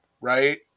right